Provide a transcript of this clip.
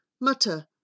mutter